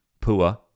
Pua